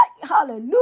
hallelujah